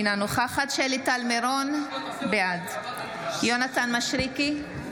אינה נוכחת שלי טל מירון, בעד יונתן מישרקי,